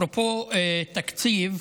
אפרופו תקציב,